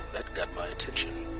that got my attention